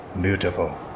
beautiful